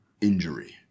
injury